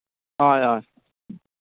हय हय